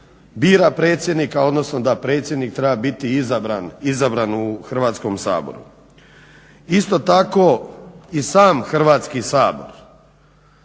bira predsjednika, odnosno da predsjednik treba biti izabran u Hrvatskom saboru. Isto tako i sam Hrvatski sabor,